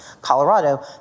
Colorado